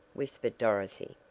whispered dorothy,